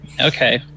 Okay